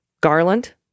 Garland